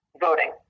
voting